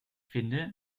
finde